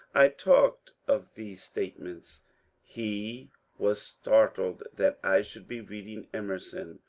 i talked of these statements he was startled that i should be reading emerson,